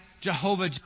Jehovah